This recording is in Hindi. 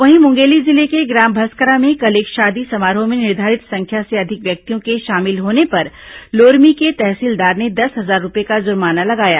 वहीं मुंगेली जिले के ग्राम भस्करा में कल एक शादी समारोह में निर्धारित संख्या से अधिक व्यक्तियों के शामिल होने पर लोरमी के तहसीलदार ने दस हजार रूपये का जुर्माना लगाया